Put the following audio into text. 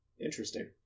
interesting